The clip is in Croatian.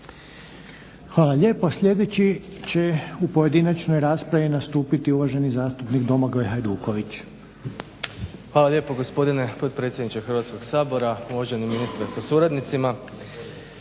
Hvala lijepo. Sljedeći će u pojedinačnoj raspravi nastupiti uvaženi zastupnik Domagoj Hajduković. **Hajduković, Domagoj (SDP)** Hvala lijepa gospodine potpredsjedniče Hrvatskog sabora, uvaženi ministre sa suradnicama.